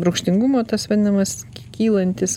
rūgštingumo tas vadinamas kylantis